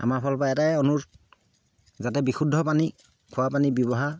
আমাৰ ফলৰপৰা এটাই অনুৰোধ যাতে বিশুদ্ধ পানী খোৱা পানী ব্যৱহাৰ